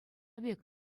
пек